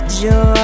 joy